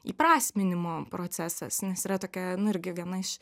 įprasminimo procesas nes yra tokia nu irgi viena iš